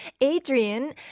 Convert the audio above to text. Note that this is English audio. Adrian